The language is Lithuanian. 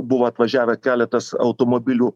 buvo atvažiavę keletas automobilių